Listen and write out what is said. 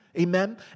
Amen